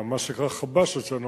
מה שנקרא חמ"ש אצלנו,